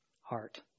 heart